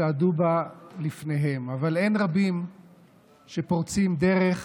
צעדו בה לפניהם, אבל אין רבים שפורצים דרך